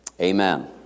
Amen